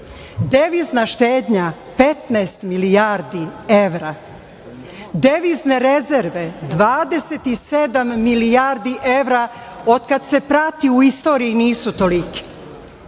devizna štednja 15 milijardi evra, devizne rezerve 27 milijardi evra, od kada se prati u istoriji nisu tolike.